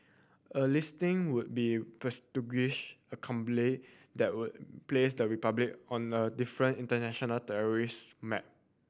a listing would be prestigious that would place the Republic on a different international tourist map